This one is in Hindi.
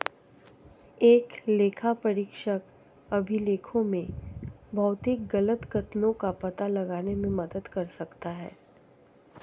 एक लेखापरीक्षक अभिलेखों में भौतिक गलत कथनों का पता लगाने में मदद कर सकता है